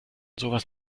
sowas